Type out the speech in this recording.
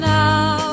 now